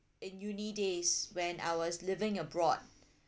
in uni days when I was living abroad